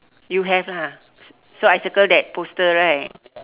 you have lah so I circle that poster right